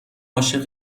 عاشق